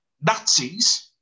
Nazis